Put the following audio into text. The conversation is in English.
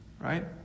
Right